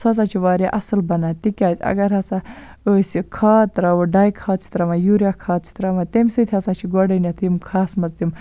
سُہ ہَسا چھُ واریاہ اصل بَنان تِکیازِ اگر ہَسا أسۍ کھاد تراوو ڈاے کھاد چھِ تراوان یوٗریا کھاد چھِ تراوان تمہِ سۭتۍ ہَسا چھِ گۄڈنٮ۪تھ یِم کھہَس مَنز تِم